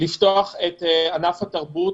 לפתוח את ענף התרבות.